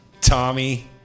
Tommy